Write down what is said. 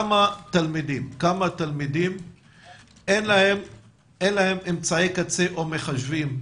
לכמה תלמידים אין אמצעי קצה או מחשבים,